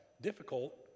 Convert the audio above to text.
difficult